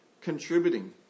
contributing